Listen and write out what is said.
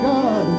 God